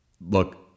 Look